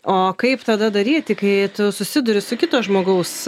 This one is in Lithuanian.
o kaip tada daryti kai tu susiduri su kito žmogaus